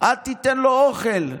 אל תיתן לו אוכל,